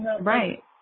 Right